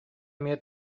эмиэ